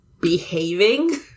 behaving